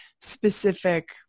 specific